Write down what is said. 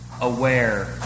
aware